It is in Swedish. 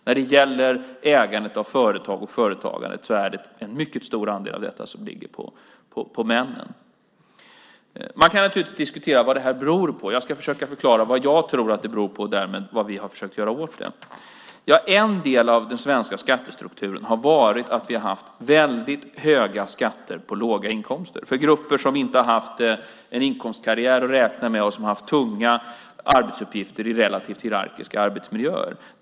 När det gäller ägandet av företag och företagandet är det en mycket stor andel av detta som ligger på männen. Man kan naturligtvis diskutera vad det här beror på. Jag ska försöka förklara vad jag tror att det beror på och därmed vad vi har försökt att göra åt det. En del av den svenska skattestrukturen har varit att vi har haft väldigt höga skatter på låga inkomster, för grupper som inte har haft en inkomstkarriär att räkna med och som har haft tunga arbetsuppgifter i relativt hierarkiska arbetsmiljöer.